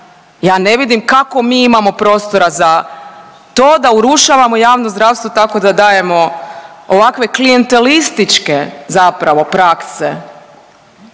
Ja ne vidim kako mi imamo prostor za to da urušavamo javno zdravstvo da dajemo ovako klijentelističke zapravo prakse